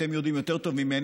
ואתם יודעים טוב ממני,